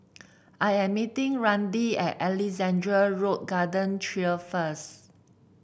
I am meeting Randy at Alexandra Road Garden Trail first